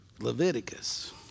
Leviticus